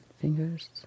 fingers